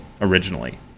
originally